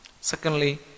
secondly